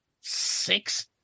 six